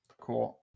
Cool